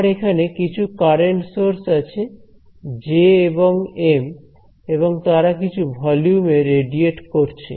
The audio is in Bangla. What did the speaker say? আমার এখানে কিছু কারেন্ট সোর্স আছে জে এবং এম এবং তারা কিছু ভলিউম এ রেডিয়েট করছে